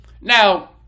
now